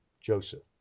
Joseph